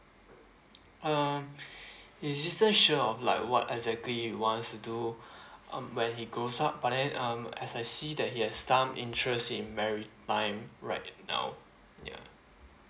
um he didn't sure of like what exactly want to do um when he grows up but then um as I see that he has some interest in maritime right now ya